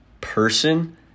person